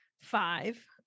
five